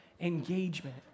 engagement